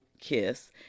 kiss